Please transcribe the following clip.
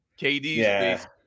KD's